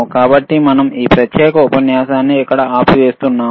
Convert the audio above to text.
కాబట్టి మనం ఈ ప్రత్యేక ఉపన్యాసాన్ని ఇక్కడ ఆపివేస్తాము